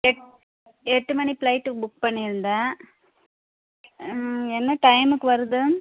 எட் எட்டு மணி flight book பண்ணியிருந்தேன் ம் என்ன டைமுக்கு வருது